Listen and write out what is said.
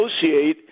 associate